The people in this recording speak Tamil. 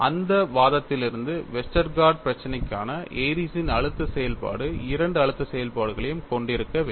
அந்த வாதத்திலிருந்து வெஸ்டர்கார்ட் பிரச்சினைக்கான ஏரிஸ்ன் Airy's அழுத்த செயல்பாடு இரண்டு அழுத்த செயல்பாடுகளையும் கொண்டிருக்க வேண்டும்